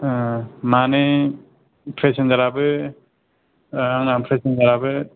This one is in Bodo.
माने प्रेसेन्जाराबो आंना प्रेसेन्जाराबो